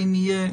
אם יהיה,